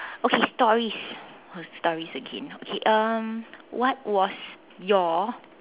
okay stories stories again okay um what was your